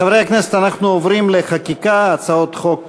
חברי הכנסת, אנחנו עוברים לחקיקה, הצעות חוק